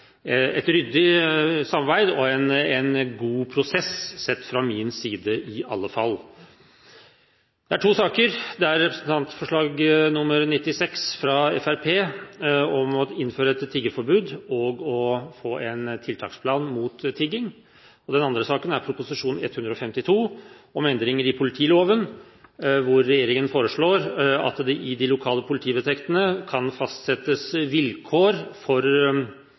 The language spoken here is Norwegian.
et ryddig samarbeid og en god prosess, sett fra min side i alle fall. Det er to saker: Den ene er representantforslag nr. 96 fra Fremskrittspartiet om å innføre et tiggeforbud og få en tiltaksplan mot tigging, og den andre er Prop. 152 L om endringer i politiloven, hvor regjeringen foreslår at det i de lokale politivedtektene kan fastsettes vilkår for